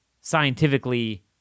scientifically